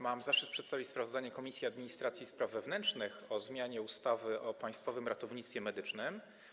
Mam zaszczyt przedstawić sprawozdanie Komisji Administracji i Spraw Wewnętrznych dotyczące zmiany ustawy o Państwowym Ratownictwie Medycznym.